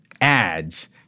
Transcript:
ads